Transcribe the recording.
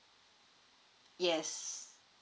yes